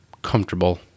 comfortable